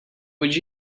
would